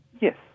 Yes